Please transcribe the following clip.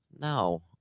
No